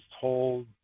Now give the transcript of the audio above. told